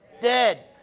Dead